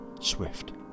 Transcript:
swift